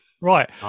Right